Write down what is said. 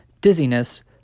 dizziness